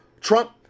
trump